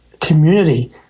Community